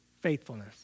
faithfulness